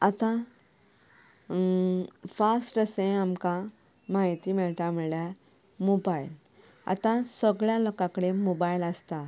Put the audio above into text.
आतां फास्ट अशें आमकां माहिती मेळटा म्हळ्यार मोबायल आतां सगल्या लोकां कडेन मोबायल आसता